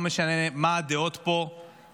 לא משנה מה הן הדעות פה סביב,